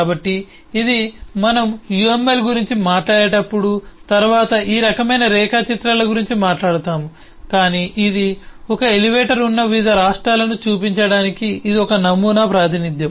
కాబట్టి ఇది మనము uml గురించి మాట్లాడేటప్పుడు తరువాత ఈ రకమైన రేఖాచిత్రాల గురించి మాట్లాడుతాము కాని ఇది ఒక ఎలివేటర్ ఉన్న వివిధ రాష్ట్రాలను చూపించడానికి ఇది ఒక నమూనా ప్రాతినిధ్యం